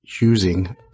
using